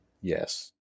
Yes